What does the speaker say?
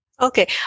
Okay